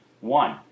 One